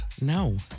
No